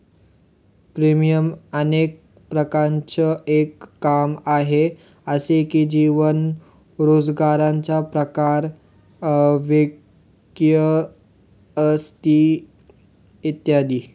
premium अनेक प्रकारांचं एक काम आहे, जसे की जीवन, रोजगाराचा प्रकार, वैद्यकीय स्थिती इत्यादी